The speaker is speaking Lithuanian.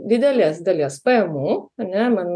didelės dalies pajamų ane man